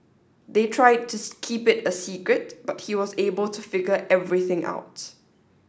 they tried to keep it a secret but he was able to figure everything out